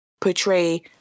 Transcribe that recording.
portray